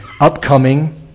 upcoming